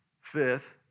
Fifth